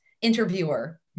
interviewer